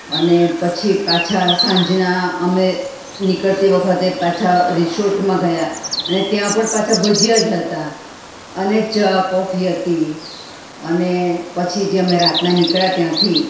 અને પછી પાછા સાંજના અમે નીકળતી વખતે પાછા રિસોર્ટમાં ગયા અને ત્યાં પણ પાછા ભજીયા જ હતા અને ચા કોફી હતી અને પછી જે અમે રાતના નીકળ્યા ત્યાંથી